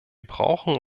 brauchen